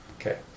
Okay